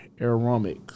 aromatic